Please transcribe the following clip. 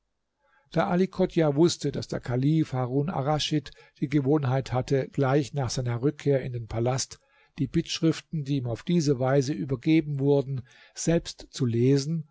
da ali chodjah wußte daß der kalif harun arraschid die gewohnheit hatte gleich nach seiner rückkehr in den palast die bittschriften die ihm auf diese weise übergeben wurden selbst zu lesen